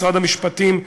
משרד המשפטים,